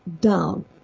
down